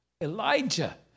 Elijah